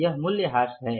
यह मूल्यह्रास है